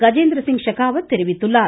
கஜேந்திரசிங் செகாவத் தெரிவித்துள்ளார்